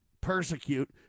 persecute